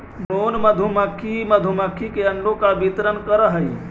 drone मधुमक्खी मधुमक्खी के अंडों का वितरण करअ हई